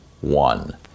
one